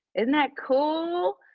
isn't that cool?